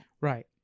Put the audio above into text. Right